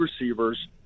receivers